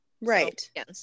Right